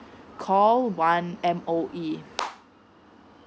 call one M_O_E